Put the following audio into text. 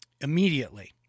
Immediately